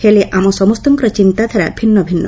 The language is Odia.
ହେଲେ ଆମ ସମସ୍ତଙ୍କର ଚିନ୍ତାଧାରା ଭିନ୍ନ ଭିନ୍ନ